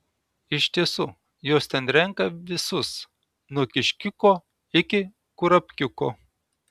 iš tiesų jos ten renka visus nuo kiškiuko iki kurapkiuko